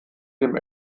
dem